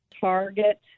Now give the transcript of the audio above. Target